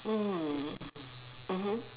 mm mmhmm